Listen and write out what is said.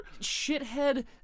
shithead